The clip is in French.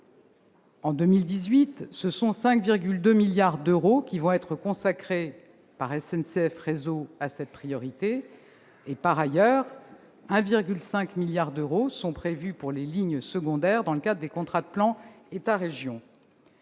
en 2018, ce sont 5,2 milliards d'euros qui vont être consacrés par SNCF Réseau à cette priorité. Par ailleurs, il est prévu d'allouer 1,5 milliard d'euros aux lignes secondaires dans le cadre des contrats de plan État-régions.